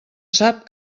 sap